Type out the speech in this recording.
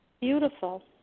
Beautiful